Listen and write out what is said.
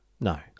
No